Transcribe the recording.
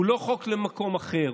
הוא לא חוק למקום אחר.